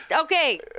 Okay